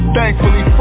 Thankfully